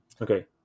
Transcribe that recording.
Okay